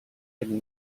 did